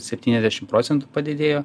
septyniasdešim procentų padidėjo